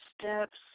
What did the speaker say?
steps